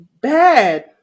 bad